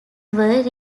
were